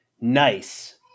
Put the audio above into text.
Nice